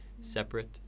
separate